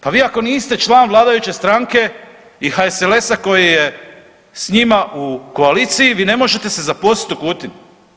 Pa vi ako niste član vladajuće stranke i HSLS-a koji je s njima u koaliciji, vi ne možete se zaposliti u Kutini.